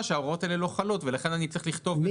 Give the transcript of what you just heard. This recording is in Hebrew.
שההוראות האלה לא חלות ולכן אני צריך לכתוב.